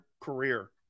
career